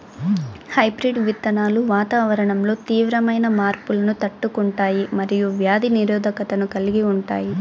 hybrid విత్తనాలు వాతావరణంలో తీవ్రమైన మార్పులను తట్టుకుంటాయి మరియు వ్యాధి నిరోధకతను కలిగి ఉంటాయి